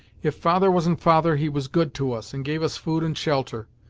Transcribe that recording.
if father wasn't father, he was good to us, and gave us food and shelter.